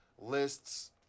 lists